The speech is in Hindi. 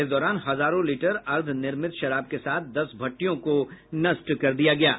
इस दौरान हजारों लीटर अर्द्व निर्मित शराब के साथ दस भट्टियों को नष्ट कर दिया गया है